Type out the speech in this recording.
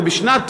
ובשנת,